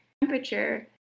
temperature